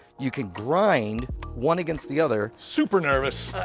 you can grind one against the other super nervous.